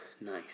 Nice